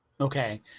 Okay